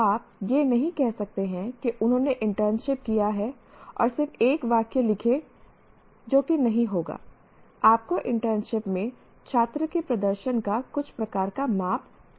आप यह नहीं कह सकते कि उन्होंने इंटर्नशिप किया है और सिर्फ एक वाक्य लिखें जो कि नहीं होगा आपको इंटर्नशिप में छात्र के प्रदर्शन का कुछ प्रकार का माप करना होगा